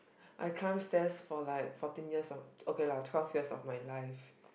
I climb stairs for like fourteen years of okay lah twelve years of my life